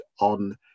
on